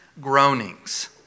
groanings